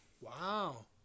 Wow